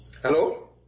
Hello